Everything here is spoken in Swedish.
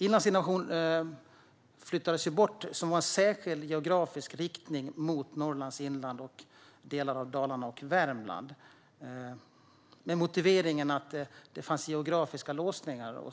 Inlandsinnovation, som hade en särskild geografisk inriktning mot Norrlands inland och delar av Dalarna och Värmland, flyttades ju bort med motiveringen att det fanns geografiska låsningar.